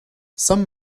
some